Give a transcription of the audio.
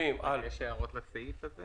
האם טכנאי גז מוסמך יכול להוביל ארבעה מכלים?